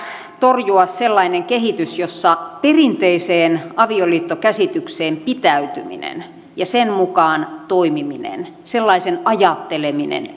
torjua sellainen kehitys jossa perinteiseen avioliittokäsitykseen pitäytyminen ja sen mukaan toimiminen sellaisen ajatteleminen